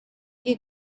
que